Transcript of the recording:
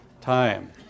Time